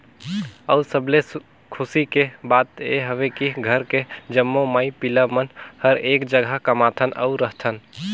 अउ सबले खुसी के बात ये हवे की घर के जम्मो माई पिला मन हर एक जघा कमाथन अउ रहथन